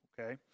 okay